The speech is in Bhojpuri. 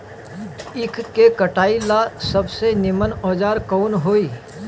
ईख के कटाई ला सबसे नीमन औजार कवन होई?